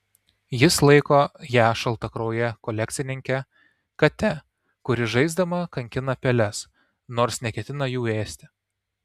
jis laiko ją šaltakrauje kolekcininke kate kuri žaisdama kankina peles nors neketina jų ėsti